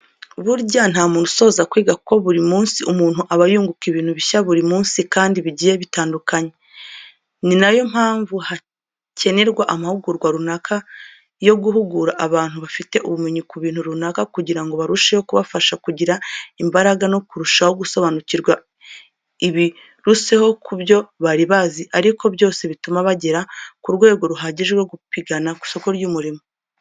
Burya nta muntu usoza kwiga kuko buri munsi umuntu aba yunguka ibintu bishya buri munsi kandi bigiye bitandukanye. Ni na yo mpamvu hakenerwa amahugurwa runaka yo guhugura abantu bafite ubumenyi ku bintu runaka kugira ngo barusheho kubafasha kugira imbaraga no kurushaho gusobanukirwa ibiruseho ku byo bari bazi ariko byose bituma bagera ku rugero ruhagije rwo gupigana ku isoko ry'umurimo.